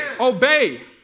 Obey